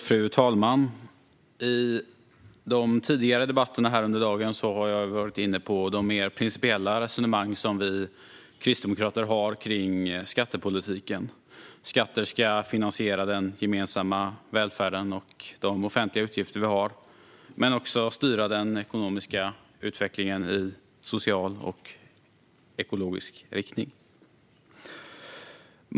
Fru talman! I tidigare debatter i dag har jag varit inne på de mer principiella resonemang som vi kristdemokrater har om skattepolitiken. Skatter ska finansiera den gemensamma välfärden och de offentliga utgifter vi har men också styra den ekonomiska utvecklingen i social och ekologisk riktning.